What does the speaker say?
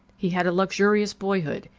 he had a luxurious boyhood,